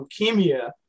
leukemia